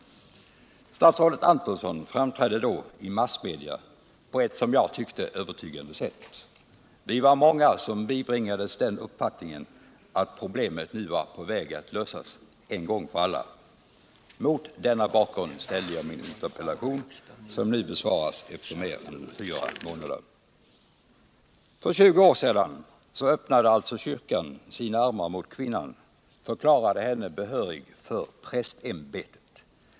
Statsrådet Antonsson framträdde då i massmedia på ett, som jag tyckte, övertygande sätt. Vi var många som bibringades den uppfattningen att problemet nu var på väg att lösas en gång för alla. Mot denna bakgrund framställde jag min interpellation, som nu besvaras efter mer än fyra månader. För 20 år sedan öppnade kyrkan sina armar mot kvinnan och förklarade henne behörig för prästämbetet.